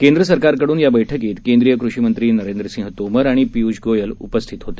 केंद्र सरकारकडून या बैठकीत केंद्रीय कृषीमंत्री नरेंद्र सिंह तोमर आणि पिय्ष गोयल उपस्थित होते